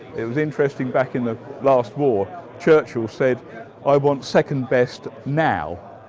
it was interesting back in the last war churchill said i want second best now